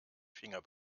finger